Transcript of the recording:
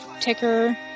ticker